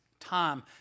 time